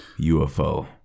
ufo